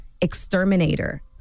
exterminator